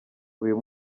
uyu